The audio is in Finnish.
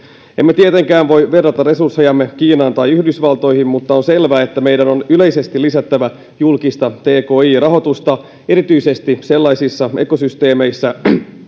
emme tietenkään voi verrata resurssejamme kiinaan tai yhdysvaltoihin mutta on selvä että meidän on yleisesti lisättävä julkista tki rahoitusta erityisesti sellaisissa ekosysteemeissä